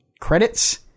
credits